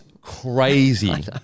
crazy